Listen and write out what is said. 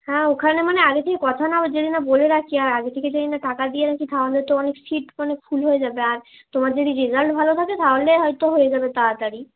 হ্যাঁ ওখানে মানে আগে থেকে কথা না যদি না বলে রাখি আর আগে থেকে যদি না টাকা দিয়ে রাখি তাহলে তো অনেক সিট মানে ফুল হয়ে যাবে আর তোমার যদি রেজাল্ট ভালো থাকে তাহলে হয়তো হয়ে যাবে তাড়াতাড়ি